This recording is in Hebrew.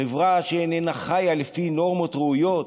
חברה שאיננה חיה לפי נורמות ראויות,